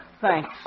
Thanks